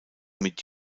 mit